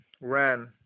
ran